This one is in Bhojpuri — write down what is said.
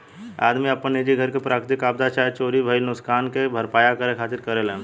आदमी आपन निजी घर के प्राकृतिक आपदा चाहे चोरी से भईल नुकसान के भरपाया करे खातिर करेलेन